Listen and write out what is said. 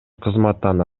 кызматтан